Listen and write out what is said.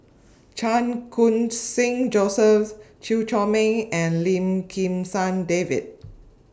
Chan Khun Sing Joseph Chew Chor Meng and Lim Kim San David